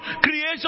creation